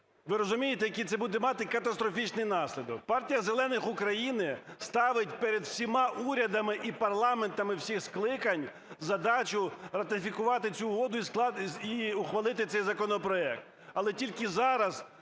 Ви розумієте, який це буде мати катастрофічний наслідок? Партія зелених України ставить перед усіма урядами і парламентами всіх скликань задачу ратифікувати цю угоду і ухвалити цей законопроект. Але тільки зараз,